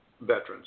veterans